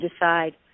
decide